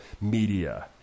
media